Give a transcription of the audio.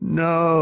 no